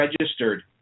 registered